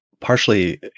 partially